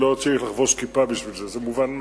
לא צריך לחבוש כיפה בשביל זה, זה מובן מאליו.